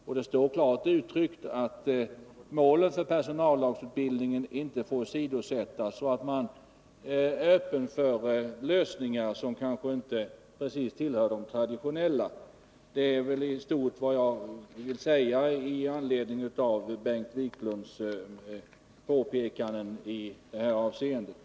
Och det står klart uttryckt att målen för personallagsutbildningen inte får åsidosättas och att man är öppen för lösningar som kanske inte precis tillhör de traditionella. Detta är i stort vad jag vill säga i anledning av Bengt Wiklunds påpekanden i det här avseendet.